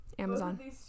amazon